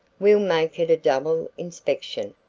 we'll make it a double inspection,